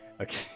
Okay